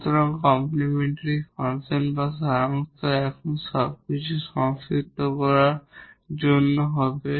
সুতরাং complementary function বা সারাংশ এখন সবকিছু সংক্ষিপ্ত করার জন্য হবে